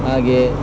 ಹಾಗೆ